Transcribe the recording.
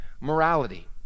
morality